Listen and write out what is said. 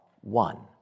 one